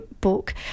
book